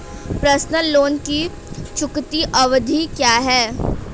Personal loan की चुकौती अवधि क्या है?